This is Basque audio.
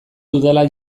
dudala